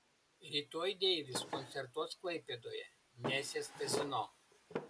rytoj deivis koncertuos klaipėdoje nesės kazino